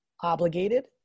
obligated